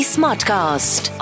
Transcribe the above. Smartcast